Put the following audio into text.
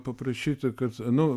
paprašyti kad nu